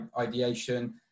ideation